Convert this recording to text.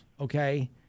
okay